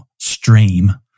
stream